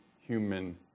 human